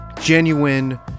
genuine